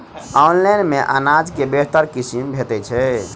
Online मे अनाज केँ बेहतर किसिम भेटय छै?